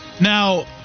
Now